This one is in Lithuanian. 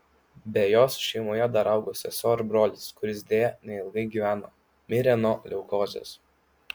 be jos šeimoje dar augo sesuo ir brolis kuris deja neilgai gyveno mirė nuo leukozės